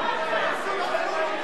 תצביע.